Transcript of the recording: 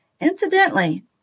Incidentally